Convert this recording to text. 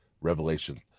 Revelation